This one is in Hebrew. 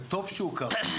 וטוב שהוא כך,